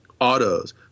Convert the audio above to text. autos